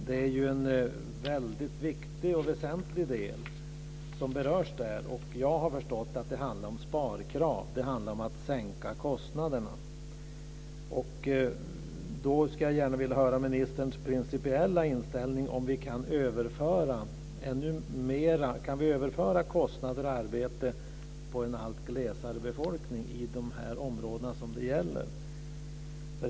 Det är en väldigt viktig och väsentlig del som berörs där, och jag har förstått att det handlar om sparkrav, om att sänka kostnaderna. Då skulle jag gärna vilja höra ministerns principiella inställning om vi kan överföra kostnader för arbete på en allt glesare befolkning i de områden som det gäller?